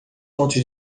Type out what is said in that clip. pontos